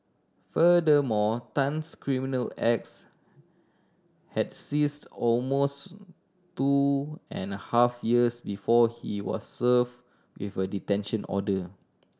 furthermore Tan's criminal acts had ceased almost two and a half years before he was served with a detention order